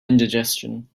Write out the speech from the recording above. indigestion